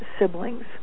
siblings